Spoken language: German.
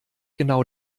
genau